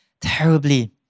terribly